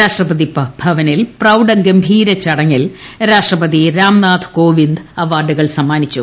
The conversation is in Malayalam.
രാഷ്ട്രപതി ഭവനിൽ പ്രൌഡഗംഭീര ചടങ്ങിൽ രാഷ്ട്രപതി രാംനാഥ് കോവിന്ദ് അവാർഡുകൾ സമ്മാനിച്ചു